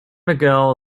miguel